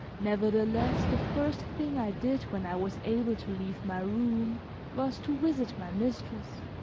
nevertheless the first thing i did when i was able to leave my room was to visit my mistress.